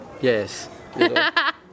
Yes